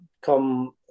come